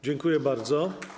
Dziękuję bardzo.